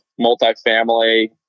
multifamily